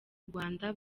rwanda